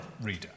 reader